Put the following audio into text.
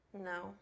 No